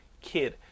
kid